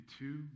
two